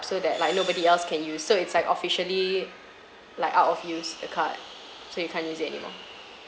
so that like nobody else can use so it's like officially like out of use the card so you can't use it any more